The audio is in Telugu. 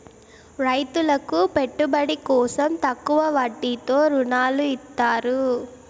రైతులకు పెట్టుబడి కోసం తక్కువ వడ్డీతో ఋణాలు ఇత్తారు